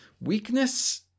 weakness